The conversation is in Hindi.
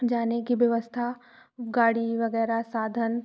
जाने की व्यवस्था गाड़ी वग़ैरह साधन